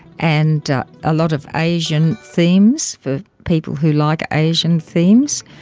and a lot of asian themes for people who like asian themes,